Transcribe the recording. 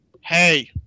hey